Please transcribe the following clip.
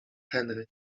henry